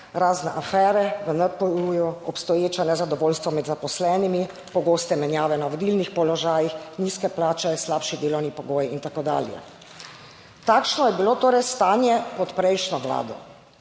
razne afere v NPU, obstoječe nezadovoljstvo med zaposlenimi, pogoste menjave na vodilnih položajih, nizke plače, slabši delovni pogoji in tako dalje. Takšno je bilo torej stanje pod prejšnjo vlado.